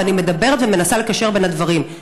ואני מדברת ומנסה לקשר בין הדברים.